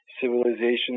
civilization